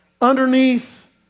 underneath